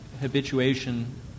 habituation